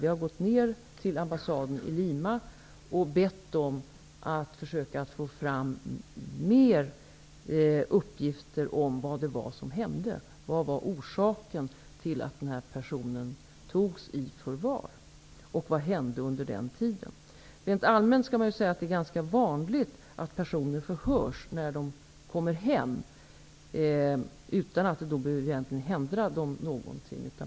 Vi gick ner till ambassaden i Lima och bad personalen där att försöka få fram mer uppgifter om vad det var som hände, vad orsaken var till att den här personen togs i förvar och vad som hände under den tiden. Rent allmänt kan man ju säga att det är ganska vanligt att personer förhörs när de kommer hem, utan att det egentligen behöver hända dem någonting.